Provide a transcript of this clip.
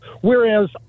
Whereas